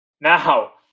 now